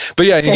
but yeah, yeah